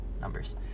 numbers